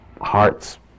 heart's